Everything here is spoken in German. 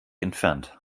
entfernt